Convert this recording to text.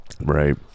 Right